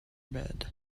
bed